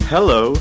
Hello